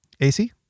ac